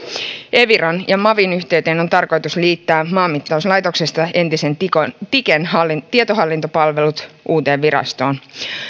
eviran ja mavin yhteyteen on tarkoitus liittää maanmittauslaitoksesta entisen tiken tietohallintopalvelut uuteen virastoon